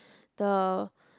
the